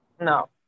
No